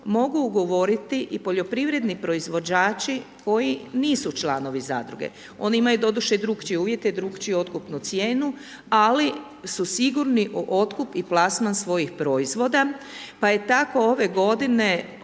mogu ugovoriti i poljoprivredni proizvođači koji nisu članovi zadruge, oni imaju doduše i drukčije uvjete i drukčiju otkupnu cijenu ali su sigurni u otkup i plasman svojih proizvoda pa je tako ove godine